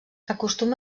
acostuma